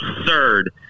absurd